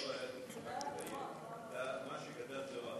רק תדייק, מה שגדל זה לא,